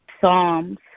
Psalms